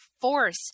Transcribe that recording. force